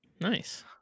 Nice